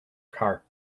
car